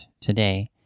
today